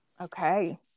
Okay